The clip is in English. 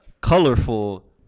colorful